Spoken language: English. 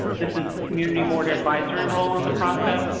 this is community board advisory role on the process.